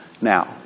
Now